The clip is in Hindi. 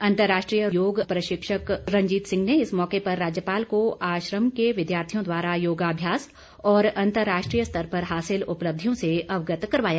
अंतर्राष्ट्रीय रोग प्रशिक्षक रंजीत सिंह ने इस मौके पर राज्यपाल को आश्रम के विद्यार्थियों द्वारा योगाभ्यास और अंतर्राष्ट्रीय स्तर पर हासिल उपलब्धियों से अवगत करवाया